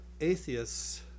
atheists